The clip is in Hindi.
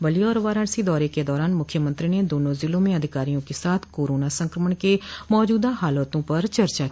बलिया और वाराणसी दौरे के दौरान मुख्यमंत्री ने दोनों जिलों में अधिकारियों के साथ कोरोना संक्रमण के मौजूदा हालातों पर चचा की